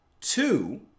Two